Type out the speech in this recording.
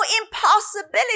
impossibility